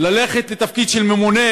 ללכת לתפקיד של ממונה,